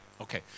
okay